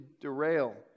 derail